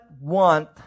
want